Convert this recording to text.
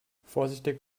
vorsichtig